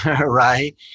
right